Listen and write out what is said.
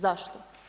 Zašto?